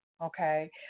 Okay